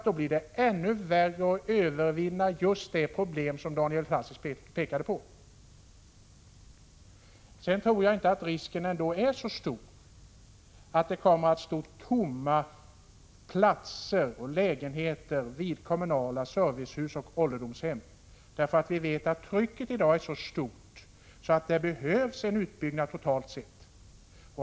Då blir det ännu svårare att övervinna just de problem som Daniel Tarschys pekade på. Jag tror inte att risken är så stor för att det kommer att finnas tomma platser och lägenheter i kommunala servicehus och på ålderdomshem. Vi vet nämligen att trycket i dag är stort och att det behövs en utbyggnad totalt sett.